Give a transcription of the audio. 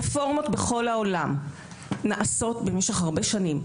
רפורמות בכל העולם נעשות במשך הרבה שנים,